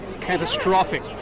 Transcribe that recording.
catastrophic